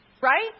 Right